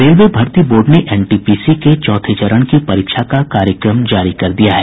railway भर्ती board ने NTPC के चौथे चरण की परीक्षा का कार्यक्रम जारी कर दिया है